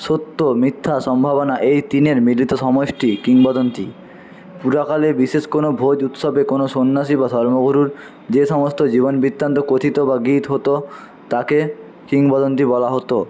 সত্য মিথ্যা সম্ভাবনা এই তিনের মিলিত সমষ্টি কিংবদন্তি পুরাকালে বিশেষ কোনো ভোজ উৎসবে কোনো সন্ন্যাসী বা ধর্ম গুরুর যে সমস্ত জীবন বৃত্তান্ত কথিত বা গীত হত তাকে কিংবদন্তি বলা হত